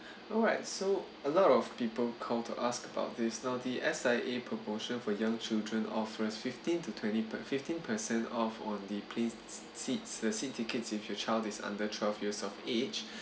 alright so a lot of people call to ask about this now the S_I_A promotion for young children offers fifteen to twenty per~ fifteen percent off on the plane seats the seat tickets if your child is under twelve years of age